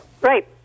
Right